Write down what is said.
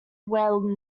where